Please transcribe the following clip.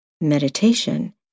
meditation